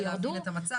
שירדה.